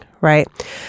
right